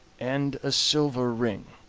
and a silver ring,